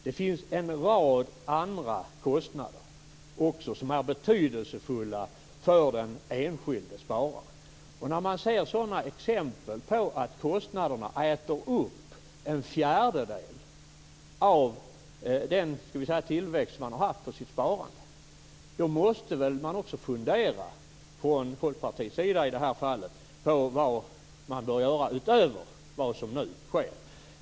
Det finns även en rad andra kostnader som är betydelsefulla för den enskilde spararen. När man ser exempel på att kostnaderna äter upp en fjärdedel av den tillväxt som den enskilde spararen har haft på sitt sparande, då måste man väl, i detta fall från Folkpartiets sida, fundera på vad som bör göras utöver det som nu sker.